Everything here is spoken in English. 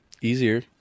easier